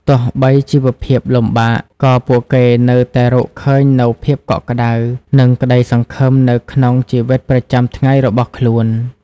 ទោះបីជីវភាពលំបាក ក៏ពួកគេនៅតែរកឃើញនូវភាពកក់ក្ដៅ និងក្ដីសង្ឃឹមនៅក្នុងជីវិតប្រចាំថ្ងៃរបស់ខ្លួន។